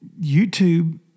YouTube